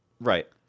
Right